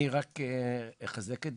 אני רק אחזק את